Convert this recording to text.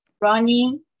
running